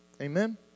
Amen